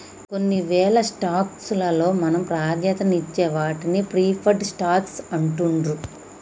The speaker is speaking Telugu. కొన్నివేల స్టాక్స్ లలో మనం ప్రాధాన్యతనిచ్చే వాటిని ప్రిఫర్డ్ స్టాక్స్ అంటుండ్రు